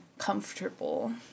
comfortable